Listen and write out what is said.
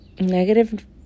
negative